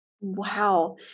Wow